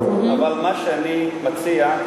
אבל מה שאני מציע,